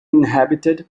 inhabited